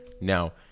Now